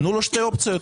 תנו לו שתי אופציות.